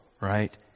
right